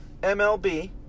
mlb